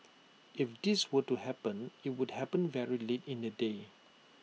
if this were to happen IT would happen very late in the day